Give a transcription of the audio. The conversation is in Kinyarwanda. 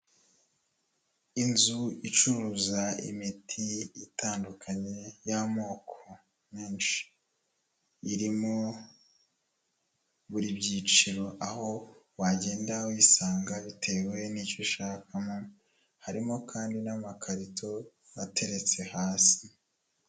Inzu icuruza imiti itandukanye, y'amoko menshi, irimo buri byiciro, aho wagenda wisanga bitewe n'icyo ushakamo, harimo kandi n'amakarito ateretse hasi.